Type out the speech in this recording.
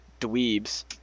dweebs